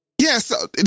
Yes